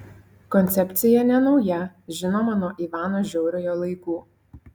koncepcija nenauja žinoma nuo ivano žiauriojo laikų